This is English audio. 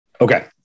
Okay